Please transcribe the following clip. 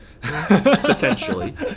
Potentially